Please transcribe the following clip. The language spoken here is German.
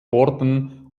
orden